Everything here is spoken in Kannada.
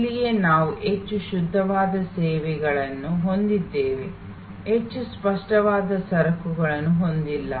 ಇಲ್ಲಿಯೇ ನಾವು ಹೆಚ್ಚು ಶುದ್ಧವಾದ ಸೇವೆಗಳನ್ನು ಹೊಂದಿದ್ದೇವೆ ಹೆಚ್ಚು ಸ್ಪಷ್ಟವಾದ ಸರಕುಗಳನ್ನು ಹೊಂದಿಲ್ಲ